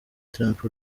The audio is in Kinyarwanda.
trump